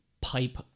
pipe